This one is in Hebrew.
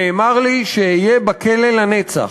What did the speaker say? נאמר לי שאהיה בכלא לנצח.